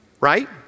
right